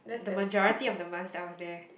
the majority of the months that I was there